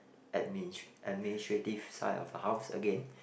admin administrative side of the house again